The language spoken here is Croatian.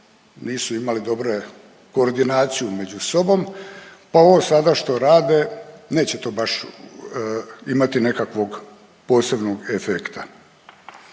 nisu imali dobre koordinaciju među sobom, pa ovo sada što rade neće to baš imati nekakvog posebnog efekta.